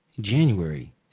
January